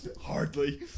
Hardly